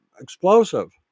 explosive